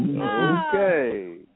Okay